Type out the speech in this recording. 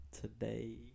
today